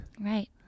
Right